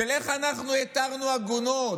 של איך אנחנו התרנו עגונות,